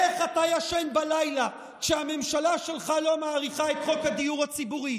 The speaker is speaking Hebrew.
איך אתה ישן בלילה כשהממשלה שלך לא מאריכה את חוק הדיור הציבורי?